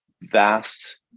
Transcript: vast